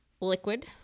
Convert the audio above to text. liquid